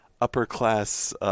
upper-class